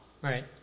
Right